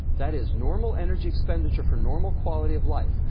that is, normal energy expenditure for normal quality of life,